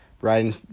riding